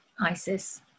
ISIS